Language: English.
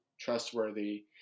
trustworthy